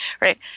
right